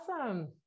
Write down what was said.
Awesome